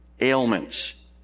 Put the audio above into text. ailments